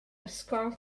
ysgol